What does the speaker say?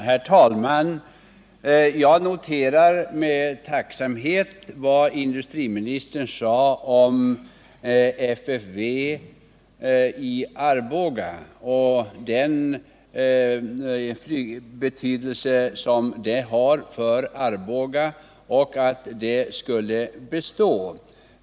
Herr talman! Jag noterar med tacksamhet vad industriministern sade om FFV:s betydelse för Arboga och att industriministern ansåg att FFV i Arboga skulle bestå.